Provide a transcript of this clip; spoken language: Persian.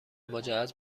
مجهز